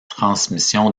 transmission